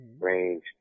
range